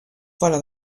fora